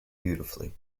beautifully